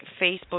Facebook